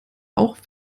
auch